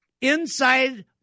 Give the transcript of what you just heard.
Inside